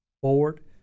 forward